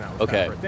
okay